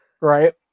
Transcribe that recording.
right